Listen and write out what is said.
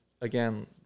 again